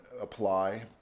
apply